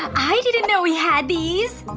i didn't know we had these!